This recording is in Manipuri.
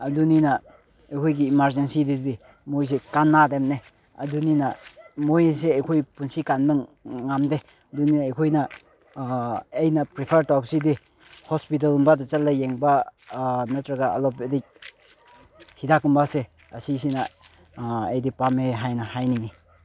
ꯑꯗꯨꯅꯤꯅ ꯑꯩꯈꯣꯏꯒꯤ ꯏꯃꯥꯔꯖꯦꯟꯁꯤꯗꯗꯤ ꯃꯣꯏꯁꯦ ꯀꯥꯟꯅꯗꯕꯅꯦ ꯑꯗꯨꯅꯤꯅ ꯃꯣꯏꯁꯦ ꯑꯩꯈꯣꯏ ꯄꯨꯟꯁꯤ ꯀꯟꯕ ꯉꯝꯗꯦ ꯑꯗꯨꯅꯦ ꯑꯩꯈꯣꯏꯅ ꯑꯩꯅ ꯄ꯭ꯔꯤꯐꯔ ꯇꯧꯕꯁꯤꯗꯤ ꯍꯣꯁꯄꯤꯇꯥꯜꯒꯨꯝꯕꯗ ꯆꯠꯂꯒ ꯌꯦꯡꯕ ꯅꯠꯇ꯭ꯔꯒ ꯑꯦꯂꯣꯄꯦꯊꯤ ꯍꯤꯗꯥꯛꯀꯨꯝꯕꯁꯦ ꯑꯁꯤꯁꯤꯅ ꯑꯩꯗꯤ ꯄꯥꯝꯃꯦ ꯍꯥꯏꯅ ꯍꯥꯏꯅꯤꯡꯉꯤ